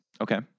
Okay